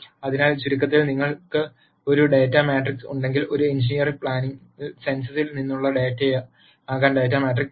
അതിനാൽ ചുരുക്കത്തിൽ നിങ്ങൾക്ക് ഒരു ഡാറ്റ മാട്രിക്സ് ഉണ്ടെങ്കിൽ ഒരു എഞ്ചിനീയറിംഗ് പ്ലാനിലെ സെൻസസിൽ നിന്നുള്ള ഡാറ്റയാകാം ഡാറ്റ മാട്രിക്സ്